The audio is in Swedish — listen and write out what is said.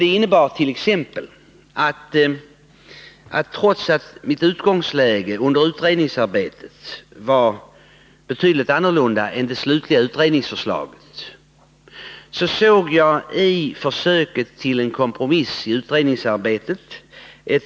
Det innebär t.ex. — trots att mitt utgångsläge under utredningsarbetet var annorlunda än situationen var när det slutliga utredningsförslaget var klart — att jag såg ett visst värde i försöket att kompromissa i utredningsarbetet.